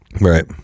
Right